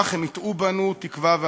כך הם ייטעו בנו תקווה ואחרית.